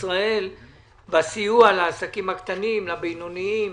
ישראל בסיוע לעסקים הקטנים והבינוניים.